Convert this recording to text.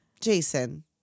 Jason